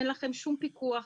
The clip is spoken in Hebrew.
אין לכם שום פיקוח,